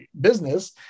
business